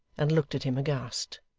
and looked at him aghast.